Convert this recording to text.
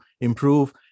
improve